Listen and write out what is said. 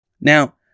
Now